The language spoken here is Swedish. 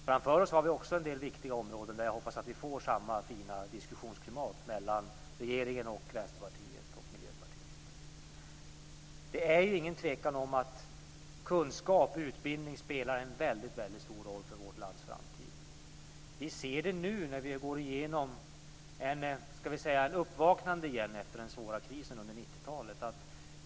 Framför oss har vi en del viktiga områden, där jag hoppas att vi får samma fina diskussionsklimat mellan regeringen, Vänsterpartiet och Miljöpartiet. Det råder inget tvivel om att kunskap och utbildning spelar en stor roll för vårt lands framtid. Vi ser det nu när vi går igenom ett uppvaknande efter den svåra krisen under 90-talet.